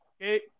Okay